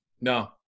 No